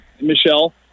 Michelle